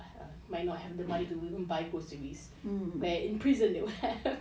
might not have the money to even buy groceries but in prison you have